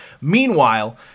Meanwhile